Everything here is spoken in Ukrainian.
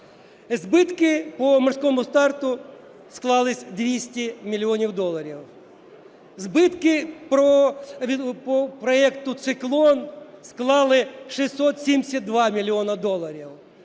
Збитки по "Морському старту" склали 200 мільйонів доларів. Збитки по проекту "Циклон" склали 672 мільйонів доларів.